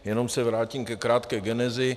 Jenom se vrátím ke krátké genezi.